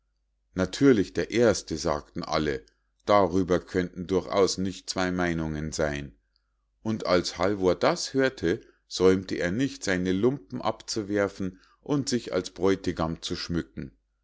natürlich der erste sagten alle darüber könnten durchaus nicht zwei meinungen sein und als halvor das hörte säumte er nicht seine lumpen abzuwerfen und sich als bräutigam zu schmücken